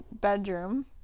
bedroom